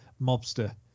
mobster